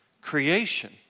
creation